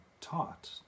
taught